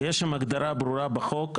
ויש שם הגדרה ברורה בחוק,